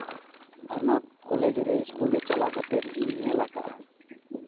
ᱟᱨ ᱚᱱᱟ ᱠᱚᱞᱮᱡᱽ ᱨᱮ ᱥᱠᱩᱞ ᱨᱮ ᱪᱟᱞᱟᱣ ᱠᱟᱛᱮᱫ ᱤᱧ ᱧᱮᱞᱟᱠᱟᱜᱼᱟ